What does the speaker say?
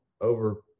over